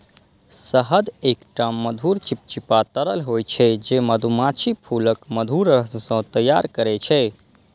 शहद एकटा मधुर, चिपचिपा तरल होइ छै, जे मधुमाछी फूलक मधुरस सं तैयार करै छै